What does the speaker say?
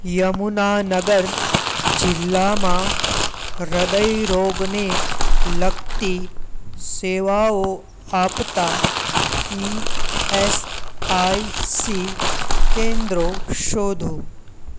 યમુનાનગર જિલ્લામાં હૃદયરોગને લગતી સેવાઓ આપતાં ઇ એસ આઇ સી કેન્દ્રો શોધો